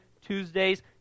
Tuesdays